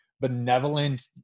benevolent